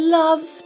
love